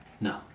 No